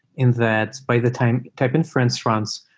and that by the type type inference runs,